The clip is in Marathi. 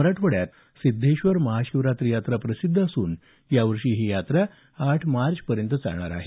मराठवाड्यात सिद्धेश्वर महाशिवरात्री यात्रा प्रसिद्ध असून यावर्षी ही यात्रा आठ मार्च पर्यंत चालणार आहे